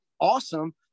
awesome